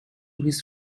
his